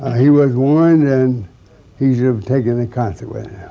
ah he was warned and he should have taken the consequences.